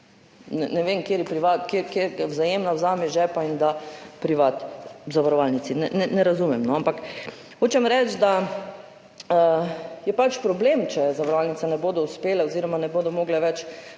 Ne vem, kateri, Vzajemna vzame iz žepa in da privatni zavarovalnici – ne razumem, no. Ampak hočem reči, da je pač problem, če zavarovalnice ne bodo uspele oziroma ne bodo mogle več plačevati